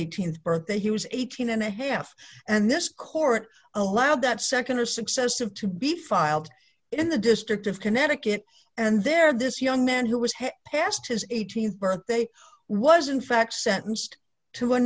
his th birthday he was eighteen and a half and this court allowed that nd or successive to be filed in the district of connecticut and there this young man who was past his th birthday was in fact sentenced to a